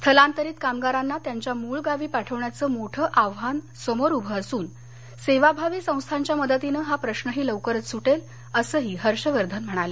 स्थलांतरित कामगारांना त्यांच्या मूळ गावी पाठवण्याचं मोठं आव्हान समोर उभं असून सेवाभावी संस्थांच्या मदतीनं हा प्रश्नही लवकरच सुटेल असंही हर्षवर्धन म्हणाले